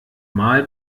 mal